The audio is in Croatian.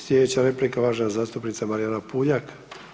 Sljedeća replika uvažena zastupnica Marijana Puljak.